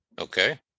Okay